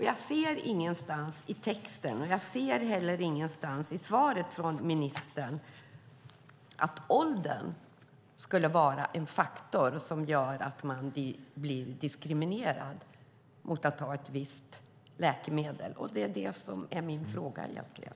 Jag ser ingenstans i texten och jag ser heller ingenstans i svaret från ministern att åldern skulle vara en faktor som gör att man blir diskriminerad när det gäller att ha ett visst läkemedel. Det är det som är min fråga egentligen.